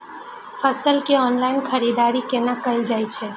फसल के ऑनलाइन खरीददारी केना कायल जाय छै?